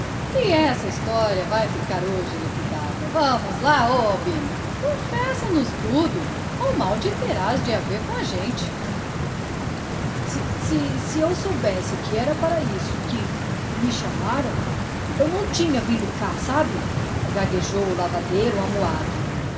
esta história vai ficar hoje liquidada vamos lá ó albino confessa nos tudo ou mal te terás de haver com a gente se eu soubesse que era para isto que me chamaram não tinha vindo cá sabe gaguejou o lavadeiro amuado